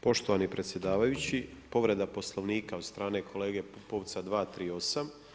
Poštovani predsjedavajući, povreda Poslovnika od strane kolega Pupovca 238.